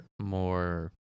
more